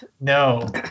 no